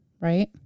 Right